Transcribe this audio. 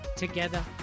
together